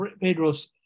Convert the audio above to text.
Pedro's